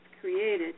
created